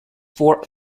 for